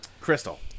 Crystal